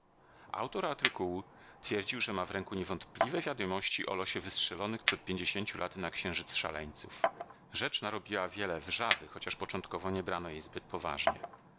autor artykułu twierdził że ma w ręku niewątpliwe wiadomości o losie wystrzelonych przed pięćdziesięciu laty na księżyc szaleńców rzecz narobiła wiele wrzawy chociaż początkowo nie brano jej zbyt poważnie